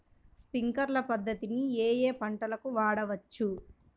Sprinkler పద్ధతిని ఏ ఏ పంటలకు వాడవచ్చు?